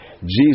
Jesus